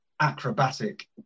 acrobatic